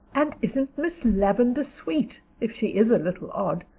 and isn't miss lavendar sweet, if she is a little odd?